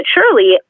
surely